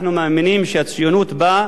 אנחנו מאמינים שהציונות באה,